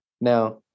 Now